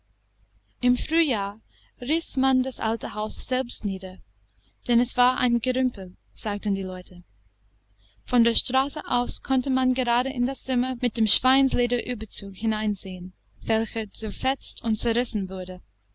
im frühjahr riß man das alte haus selbst nieder denn es war ein gerümpel sagten die leute von der straße aus konnte man gerade in das zimmer mit dem schweinslederüberzug hineinsehen welcher zerfetzt und zerrissen wurde